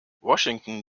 washington